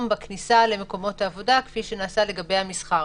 בכניסה למקומות העבודה כפי שנעשה לגבי מקומות המסחר.